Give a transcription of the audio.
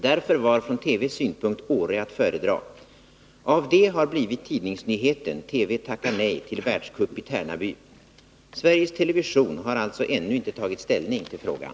Därför var från TV:s synpunkt Åre att föredra. Detta har alltså blivit tidningsnyheten: ”TV tackar nej till världscup i Tärnaby.” Sveriges television har alltså ännu inte tagit ställning till frågan.